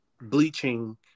bleaching